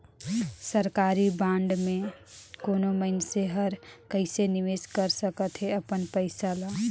सरकारी बांड में कोनो मइनसे हर कइसे निवेश कइर सकथे अपन पइसा ल